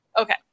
okay